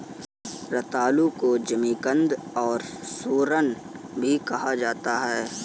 रतालू को जमीकंद और सूरन भी कहा जाता है